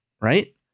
right